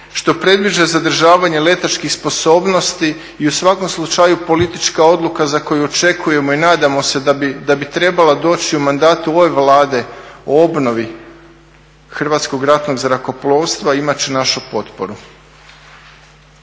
što predviđa zadržavanje letačkih sposobnosti i u svakom slučaju politička odluka za koju očekujemo i nadamo se da bi trebala doći u mandatu ove Vlade o obnovi Hrvatskog ratnog zrakoplovstva imat će našu potporu.